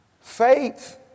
faith